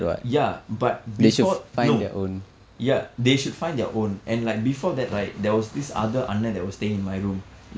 ya but before no ya they should find their own and like before that right there was this other அண்ணா:annaa that were staying in my room